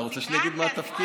אתה רוצה שאני אגיד מה התפקיד?